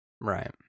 Right